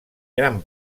gran